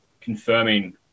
confirming